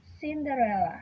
Cinderella